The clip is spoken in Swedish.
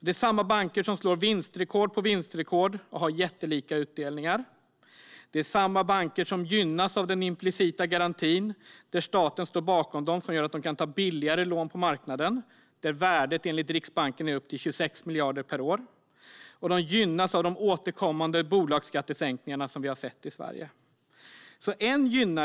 Det är samma banker som slår vinstrekord på vinstrekord och har jättelika utdelningar. Det är samma banker som gynnas av den implicita garantin som gör att de kan ta billigare lån på marknaden. Värdet av detta är enligt Riksbanken upp till 26 miljarder per år. Bankerna gynnas av de återkommande bolagsskattesänkningar som vi har sett i Sverige.